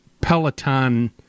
Peloton